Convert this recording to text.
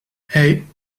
hey